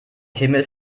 himmel